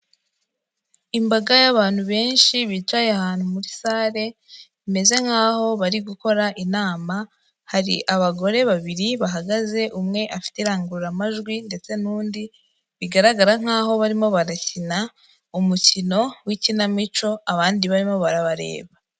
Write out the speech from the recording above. Imbaga y'abantu benshi bicaye ahantu muri sale bameze nkaho bari gukora inama, hari abagore babiri bahagaze umwe afite irangururamajwi ndetse n'undi bigaragara nkaho barimo barakina umukino w'ikinamico abandi barimo barabareba.